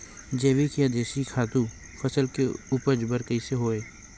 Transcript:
जैविक या देशी खातु फसल के उपज बर कइसे होहय?